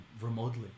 remotely